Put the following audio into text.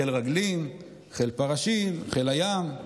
חיל רגלים, חיל פרשים, חיל הים.